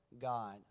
God